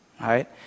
right